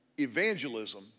Evangelism